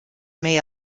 may